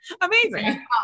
Amazing